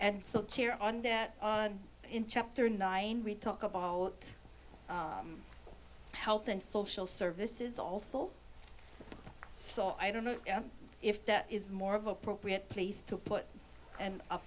so on in chapter nine we talk about health and social services also so i don't know if that is more of appropriate place to put and a